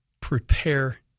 prepare